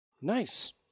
Nice